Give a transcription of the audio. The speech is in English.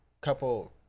couple